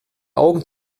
augen